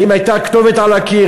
האם הייתה כתובת על הקיר,